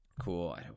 cool